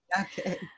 Okay